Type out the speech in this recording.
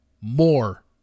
more